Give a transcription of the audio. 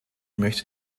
möchte